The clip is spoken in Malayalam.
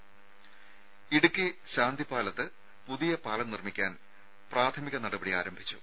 രുദ ഇടുക്കി ശാന്തിപാലത്ത് പുതിയ പാലം നിർമ്മിക്കാൻ പ്രാഥമിക നടപടി ആരംഭിച്ചു